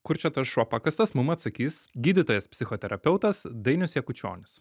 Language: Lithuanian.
kur čia tas šuo pakastas mum atsakys gydytojas psichoterapeutas dainius jakučionis